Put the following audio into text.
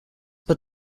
but